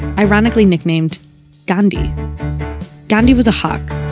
ironcly nicknamed gandhi gandhi was a hawk,